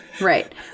Right